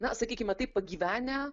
na sakykime taip pagyvenę